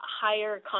higher